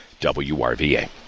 WRVA